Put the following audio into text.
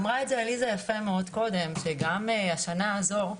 אמרה את זה עליזה יפה מאוד קודם, שגם בשנה הזאת,